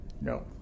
No